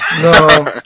No